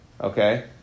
Okay